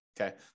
Okay